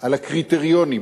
על הקריטריונים